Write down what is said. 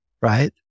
right